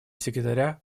секретаря